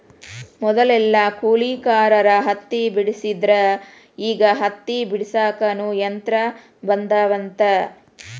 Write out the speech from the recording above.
ಮದಲೆಲ್ಲಾ ಕೂಲಿಕಾರರ ಹತ್ತಿ ಬೆಡಸ್ತಿದ್ರ ಈಗ ಹತ್ತಿ ಬಿಡಸಾಕುನು ಯಂತ್ರ ಬಂದಾವಂತ